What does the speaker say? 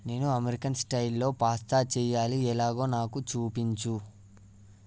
నేను అమెరికన్ స్టైల్లో పాస్తా చెయ్యాలి ఎలాగో నాకు చూపించు